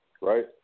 right